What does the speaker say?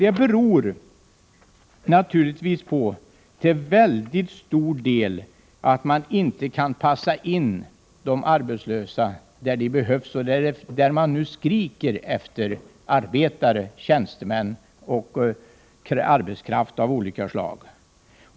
Det beror naturligtvis till mycket stor del på att man inte kan passa in de arbetslösa där de behövs och där företag nu skriker efter arbetare, tjänstemän och arbetskraft av olika slag.